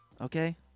okay